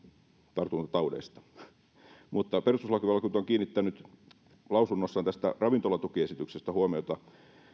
tartuntataudeista perustuslakivaliokunta on kiinnittänyt lausunnossaan ravintolatukiesityksestä huomiota